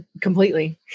completely